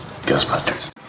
Ghostbusters